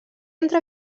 entre